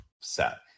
set